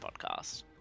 podcast